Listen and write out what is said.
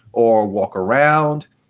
or walk around,